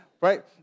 right